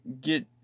get